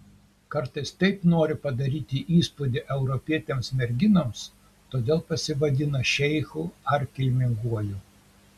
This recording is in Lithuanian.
kartais taip nori padaryti įspūdį europietėms merginoms todėl pasivadina šeichu ar kilminguoju